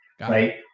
right